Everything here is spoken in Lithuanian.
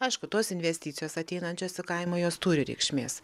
aišku tos investicijos ateinančios į kaimą jos turi reikšmės